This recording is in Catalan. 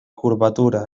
curvatura